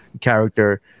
character